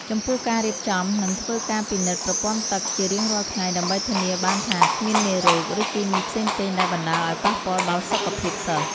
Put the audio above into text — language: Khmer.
ចំពោះការរៀបចំនិងធ្វើការពិនិត្យប្រពន្ធ័ទឹកជារៀងរាល់ថ្ងៃដើម្បីធានាបានថាគ្មានមេរោគ ឬគីមីផ្សេងៗដែលបណ្តាលឲ្យប៉ះពាល់ដល់សុខភាពសិស្ស។